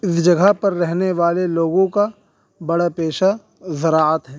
اس جگہ پر رہنے والے لوگوں کا بڑا پیشہ زراعت ہے